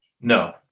No